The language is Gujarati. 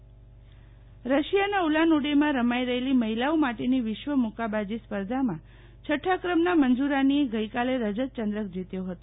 મુક્કાબાજી સ્પધ રસશિયાનાં ઉલાનઉડેમાં રમાઈ રફેલી મફિલાઓ માટેની વિશ્વ મુક્કોબાજી સ્પર્ધામાં છઠા ક્રમનાં મંજુરાનીએ ગઈકાલે રજત ચંદ્રક જીત્યો હતો